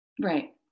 Right